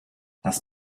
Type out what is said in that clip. das